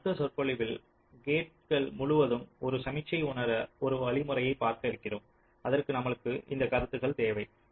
நாம் அடுத்த சொற்பொழிவில் கேட்கள் முழுவதும் ஒரு சமிக்ஞையை உணர ஒரு வழிமுறையைப் பார்க்க இருக்கிறோம் அதற்கு நமக்கு இந்த கருத்துக்கள் தேவை